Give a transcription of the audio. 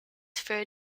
für